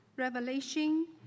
Revelation